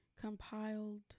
compiled